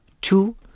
Two